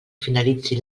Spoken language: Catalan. finalitzi